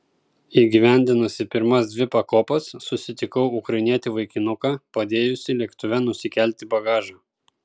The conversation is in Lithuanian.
įgyvendinusi pirmas dvi pakopas susitikau ukrainietį vaikinuką padėjusį lėktuve nusikelti bagažą